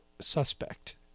suspect